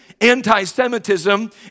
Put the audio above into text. anti-Semitism